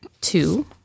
two